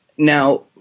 Now